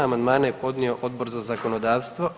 Amandmane je podnio Odbor za zakonodavstvo.